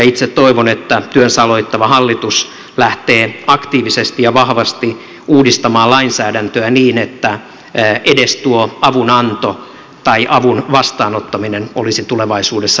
itse toivon että työnsä aloittava hallitus lähtee aktiivisesti ja vahvasti uudistamaan lainsäädäntöä niin että edes tuo avunanto tai avun vastaanottaminen olisi tulevaisuudessa mahdollista